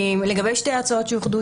לגבי שתי ההצעות שאוחדו,